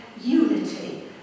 unity